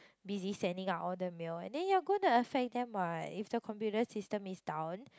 busy sending out all the mail and then you're going to affect them what if the computer system is down